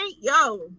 yo